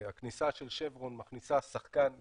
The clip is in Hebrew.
הכניסה של שברון מכניסה שחקן גדול,